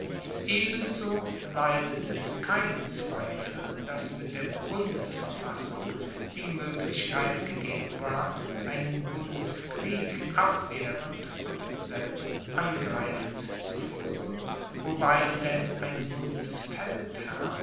ebenso leidet es keinen zweifel dass mit der bundesverfassung die moeglichkeit gegeben war einen bundeskrieg abwehrend und selbst angreifend zu fuehren wobei denn ein